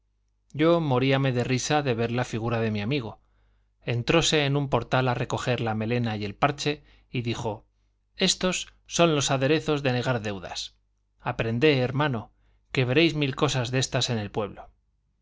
yo moríame de risa de ver la figura de mi amigo entróse en un portal a recoger la melena y el parche y dijo estos son los aderezos de negar deudas aprendé hermano que veréis mil cosas de estas en el pueblo